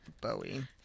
Bowie